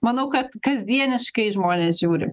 manau kad kasdieniškai žmonės žiūri